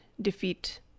defeat